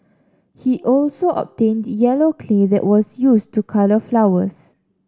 he also obtained yellow clay that was used to colour flowers